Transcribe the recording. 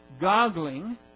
goggling